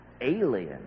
alien